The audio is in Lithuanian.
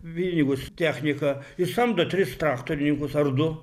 pinigus techniką ir samdo tris traktorininkus ar du